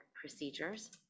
procedures